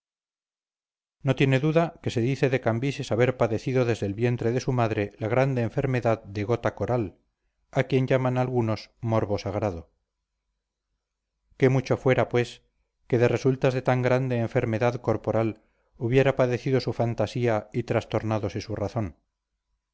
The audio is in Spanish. no tiene duda que se dice de cambises haber padecido desde el vientre de su madre la grande enfermedad de gota coral a quien llaman algunos morbo sagrado qué mucho fuera pues que de resultas de tan grande enfermedad corporal hubiera padecido su fantasía y trastornádose su razón